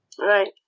Right